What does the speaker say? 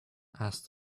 asked